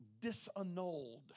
disannulled